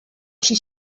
při